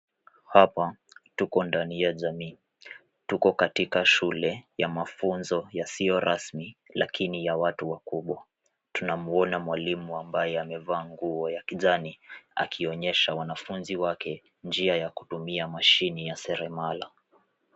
Hapa tuko ndani ya jamii. Tuko katika shule ya mafunzo yasiyo rasmi lakini ya watu wakubwa. Tunamwona mwalimu ambaye amevaa nguo ya kijani akionyesha wanafunzi wake njia ya kutumia mashine ya seremala.